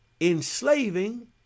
enslaving